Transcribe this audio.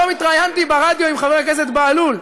היום התראיינתי ברדיו עם חבר הכנסת בהלול.